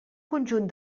conjunt